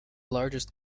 largest